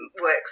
works